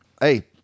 Hey